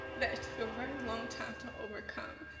that took a very long time to overcome,